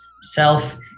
self